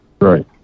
Right